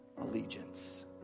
allegiance